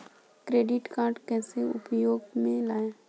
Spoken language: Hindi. क्रेडिट कार्ड कैसे उपयोग में लाएँ?